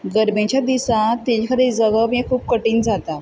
गरमेच्या दिसान तेजे कडेन जगप हें खूब कठीण जाता